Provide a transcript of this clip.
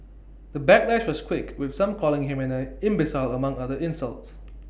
the backlash was quick with some calling him an I imbecile among other insults